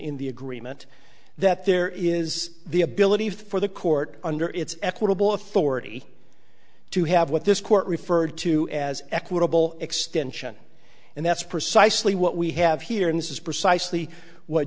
in the agreement that there is the ability for the court under its equitable authority to have what this court referred to as equitable extension and that's precisely what we have here and this is precisely what